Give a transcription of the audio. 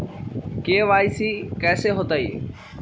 KYC कैसे होतई?